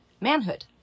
manhood